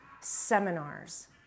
seminars